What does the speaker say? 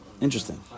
Interesting